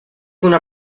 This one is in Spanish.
una